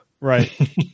right